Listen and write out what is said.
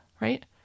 right